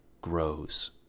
grows